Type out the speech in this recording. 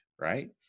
Right